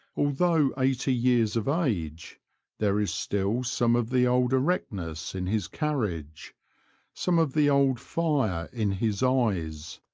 although eighty years of age there is still some of the old erectness in his carriage some of the old fire in his eyes.